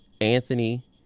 Anthony